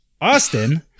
Austin